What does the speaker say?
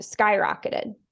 skyrocketed